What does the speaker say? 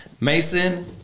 Mason